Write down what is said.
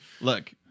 Look